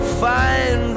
find